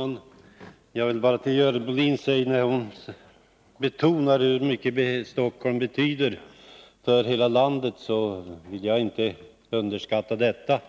Herr talman! När Görel Bohlin betonar hur mycket Stockholm betyder för hela landet vill jag säga att jag inte underskattar detta.